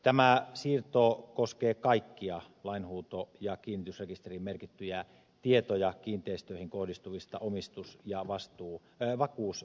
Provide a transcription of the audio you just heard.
tämä siirto koskee kaikkia lainhuuto ja kiinnitysrekisteriin merkittyjä tietoja kiinteistöihin kohdistuvista omistus ja vakuusoikeuksista